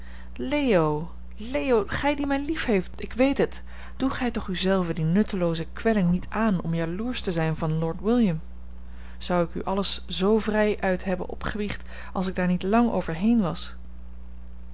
leo leo gij die mij lief hebt ik weet het doe gij toch u zelven die nuttelooze kwelling niet aan om jaloersch te zijn van lord william zou ik u alles zoo vrij uit hebben opgebiecht als ik daar niet lang overheen was